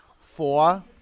Four